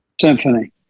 Symphony